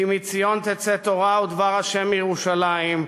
כי מציון תצא תורה ודבר ה' מירושלים".